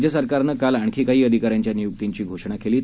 राज्य सरकारनं काल आणखी काही अधिकाऱ्यांच्या नियुक्तींचीही घोषणा केली